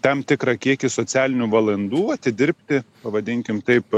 tam tikrą kiekį socialinių valandų atidirbti pavadinkim taip